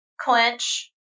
clench